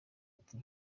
ati